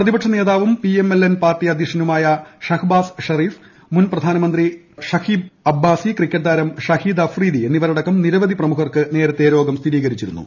പ്രതിപക്ഷ നേതാവും PML N party അധ്യക്ഷനുമായ ഷഹ്ബാസ് ഷരീഫ് മുൻ പ്രധാനമന്ത്രി ഷഹീദ് അബ്ബാസി ക്രിക്കറ്റ് താരം ഷഹീദ് അഫ്രീദി എന്നിവരടക്കം നിരവധി പ്രമുഖർക്ക് നേരത്തെ രോഗം സ്ഥിരീകരിച്ചിരുന്നു